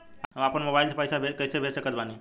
हम अपना मोबाइल से पैसा कैसे भेज सकत बानी?